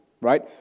right